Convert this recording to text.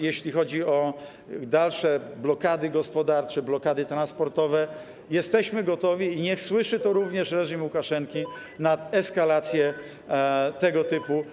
Jeśli chodzi o dalsze blokady gospodarcze, blokady transportowe, to jesteśmy gotowi - i niech słyszy to również reżim Łukaszenki - na eskalacje tego typu.